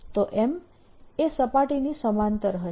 તો M એ સપાટીની સમાંતર હશે